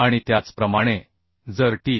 आणि त्याचप्रमाणे जर Tf